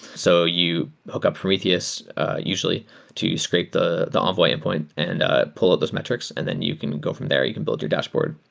so you hook up prometheus usually to scrape the the envoy endpoint and pull out those metr ics, and then you can go from there. you can build your dashboard.